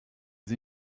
sie